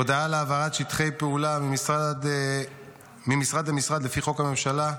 הודעה על העברת שטחי פעולה ממשרד למשרד לפי חוק הממשלה.